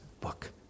book